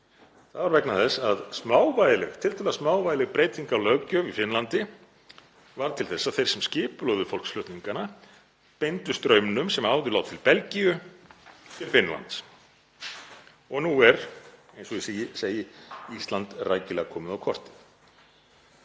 Það var vegna þess að tiltölulega smávægileg breyting á löggjöf í Finnlandi varð til þess að þeir sem skipulögðu fólksflutningana beindu straumnum, sem áður lá til Belgíu, til Finnlands. Og nú er, eins og ég segi, Ísland rækilega komið á kortið.